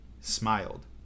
smiled